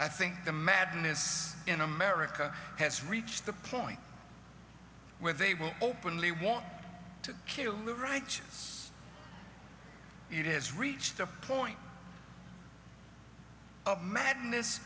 i think the madness in america has reached the point where they will openly want to kill righteous it has reached the point of madness